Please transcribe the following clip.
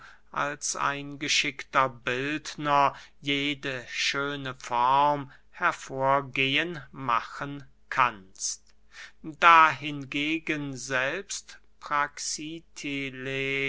als ein geschickter bildner jede schöne form hervorgehen machen kannst da hingegen selbst